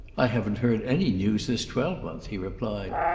i haven't heard any news this twelvemonth, he replied.